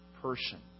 person